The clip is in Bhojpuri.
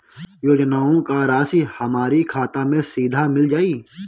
योजनाओं का राशि हमारी खाता मे सीधा मिल जाई?